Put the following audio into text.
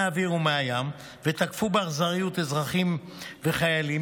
מהאוויר ומהים ותקפו באכזריות אזרחים וחיילים,